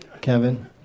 Kevin